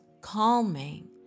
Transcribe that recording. calming